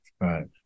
right